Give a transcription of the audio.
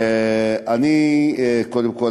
קודם כול,